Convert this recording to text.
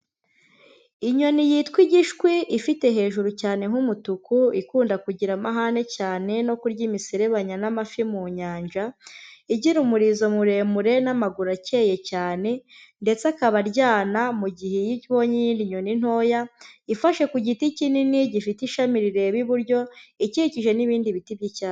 Inyoni yitwa igishwi ifite hejuru cyane h'umutuku ikunda kugira amahane cyane no kurya imiserebanya n'amafi mu nyanja, igira umurizo muremure n'amaguru acyeye cyane ndetse akaba aryana mu gihe iyo ibonye iyindi nyoni ntoya, ifashe ku giti kinini gifite ishami rireba iburyo ikikije n'ibindi biti by'icyatsi.